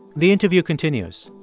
the interview continues.